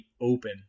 Open